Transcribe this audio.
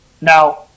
Now